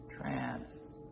trance